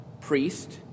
priest